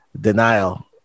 denial